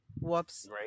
Whoops